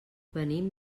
venim